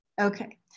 Okay